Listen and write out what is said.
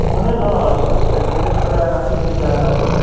اَہن حظ آ أسۍ حظ کران اَتھ سۭتۍ أسۍ چھِ کران اَتھ سۭتۍ